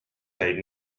käib